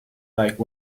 like